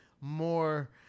more